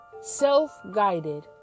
self-guided